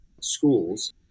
schools